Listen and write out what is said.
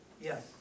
Yes